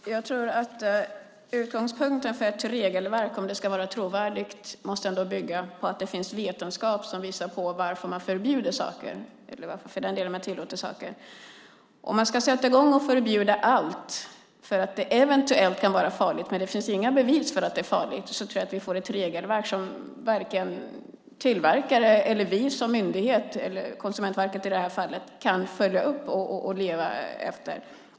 Fru talman! Jag tror att utgångspunkten för ett regelverk, om det ska vara trovärdigt, måste bygga på att det finns vetenskap som visar på varför man förbjuder saker eller för den delen tillåter saker. Om man ska sätta i gång och förbjuda allt för att det eventuellt kan vara farligt men det inte finns några bevis för att det är farligt, tror jag att vi får ett regelverk som varken tillverkare eller myndigheter, Konsumentverket i det här fallet, kan följa upp och leva efter.